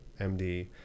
MD